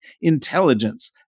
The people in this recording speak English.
intelligence